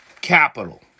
capital